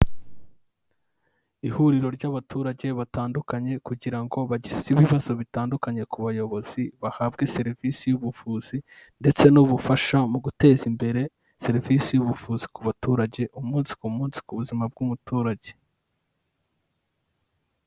Ihuriro ry'abaturage batandukanye kugira ngo bageze ibibazo bitandukanye ku bayobozi, bahabwe serivisi y'ubuvuzi ndetse n'ubufasha mu guteza imbere serivisi y'ubuvuzi ku baturage, umunsi ku munsi ku buzima bw'umuturage.